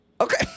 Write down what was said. Okay